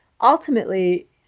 ultimately